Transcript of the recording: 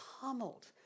pummeled